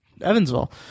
Evansville